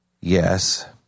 Yes